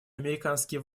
американские